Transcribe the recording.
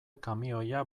kamioia